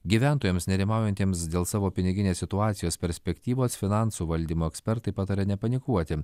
gyventojams nerimaujantiems dėl savo piniginės situacijos perspektyvos finansų valdymo ekspertai pataria nepanikuoti